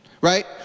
right